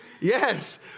Yes